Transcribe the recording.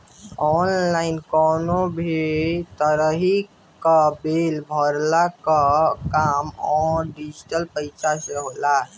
online कवनो भी तरही कअ बिल भरला कअ काम डिजिटल पईसा से होला